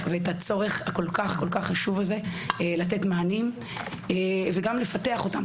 ואת הצורך הכול כך כול כך חשוב הזה לתת מענים ולפתח אותם.